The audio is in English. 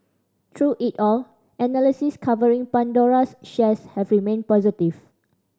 through it all analysts covering Pandora's shares have remained positive